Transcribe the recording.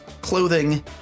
clothing